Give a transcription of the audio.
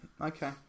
okay